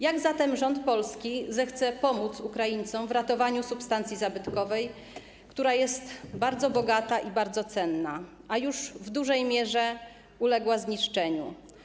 Jak zatem rząd polski zechce pomóc Ukraińcom w ratowaniu substancji zabytkowej, która jest bardzo bogata i bardzo cenna, a już w dużej mierze uległa zniszczeniu?